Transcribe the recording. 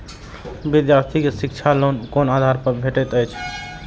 विधार्थी के शिक्षा लोन कोन आधार पर भेटेत अछि?